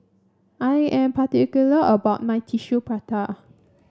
I am particular about my Tissue Prata